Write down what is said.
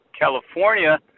California